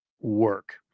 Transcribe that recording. work